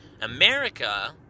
America